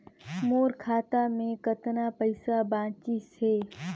मोर खाता मे कतना पइसा बाचिस हे?